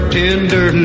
tender